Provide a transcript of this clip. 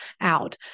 out